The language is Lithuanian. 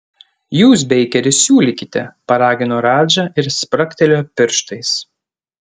jūs beikeri siūlykite paragino radža ir spragtelėjo pirštais